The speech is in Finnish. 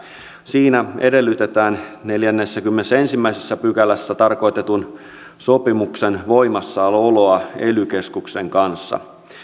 siinä edellytetään neljännessäkymmenennessäensimmäisessä pykälässä tarkoitetun sopimuksen voimassaoloa ely keskuksen kanssa